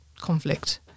conflict